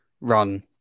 run